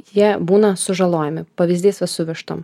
jie būna sužalojami pavyzdys va su vištom